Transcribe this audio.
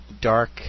dark